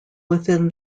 within